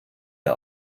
der